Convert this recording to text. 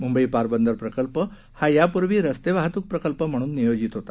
मुंबई पारबंदर प्रकल्प हा यापूर्वी रस्ते वाहतूक प्रकल्प म्हणून नियोजित होता